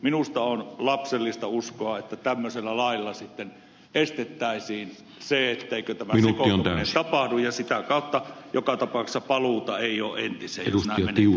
minusta on lapsellista uskoa että tämmöisellä lailla sitten estettäisiin se etteikö tämä sekoontuminen tapahdu ja sitä kautta joka tapauksessa paluuta ei ole entiseen jos näin menetellään